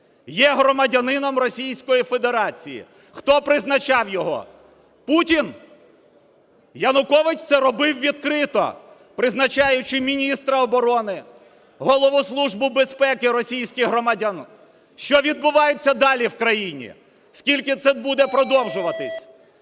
є громадянином Російської Федерації. Хто призначав його? Путін? Янукович це робив відкрито, призначаючи міністра оборони, Голову Служби безпеки російських громадян. Що відбувається далі в країні? Скільки це буде продовжуватись?